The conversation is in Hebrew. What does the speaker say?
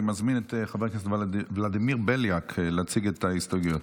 אני מזמין את חבר הכנסת ולדימיר בליאק להציג את ההסתייגויות.